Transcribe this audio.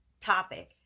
topic